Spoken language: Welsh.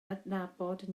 adnabod